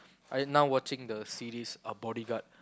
I now watching the series uh Bodyguard